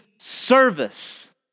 service